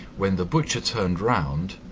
when the butcher turned round,